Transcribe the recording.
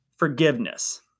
forgiveness